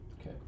Okay